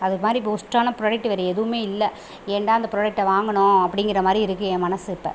அது மாதிரி இப்போது ஒஸ்ட்டான ப்ராடேக்ட் வேறு எதுவுமே இல்லை ஏன்டா அந்த ப்ராடேக்ட்டை வாங்கினோம் அப்படிங்கற மாதிரி இருக்குது என் மனசு இப்போ